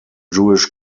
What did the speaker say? jewish